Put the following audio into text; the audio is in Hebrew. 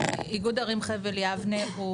איגוד ערים חבל יבנה.